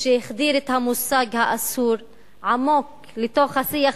שהחדיר את המושג האסור עמוק לתוך השיח